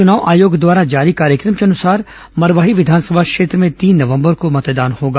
चुनाव आयोग द्वारा जारी कार्यक्रम के अनुसार मरवाही विधानसभा क्षेत्र में तीन नवंबर को मतदान होगा